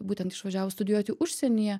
būtent išvažiavus studijuoti užsienyje